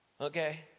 Okay